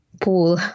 pool